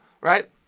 right